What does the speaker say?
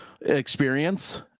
experience